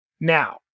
Now